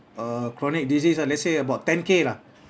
err chronic disease uh let's say about ten K lah